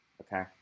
okay